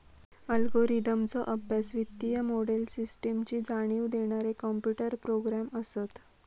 अल्गोरिदमचो अभ्यास, वित्तीय मोडेल, सिस्टमची जाणीव देणारे कॉम्प्युटर प्रोग्रॅम असत